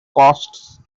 costs